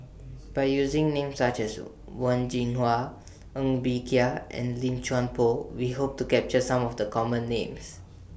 By using Names such as Wen Jinhua Ng Bee Kia and Lim Chuan Poh We Hope to capture Some of The Common Names